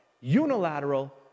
Unilateral